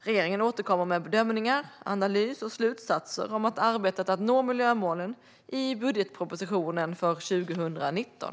Regeringen återkommer med bedömningar, analys och slutsatser om arbetet med att nå miljömålen i budgetpropositionen för 2019.